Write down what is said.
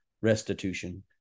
restitution